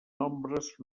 nombres